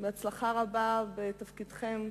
הצלחה רבה בתפקידכם.